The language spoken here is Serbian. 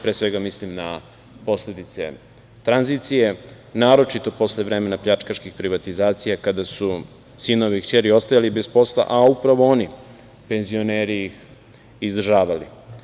Pre svega mislim na posledice tranzicije, naročito posle vremena pljačkaških privatizacija, kada su sinovi i kćeri ostajali bez posla, a upravo oni, penzioneri ih izdržavali.